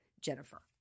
Jennifer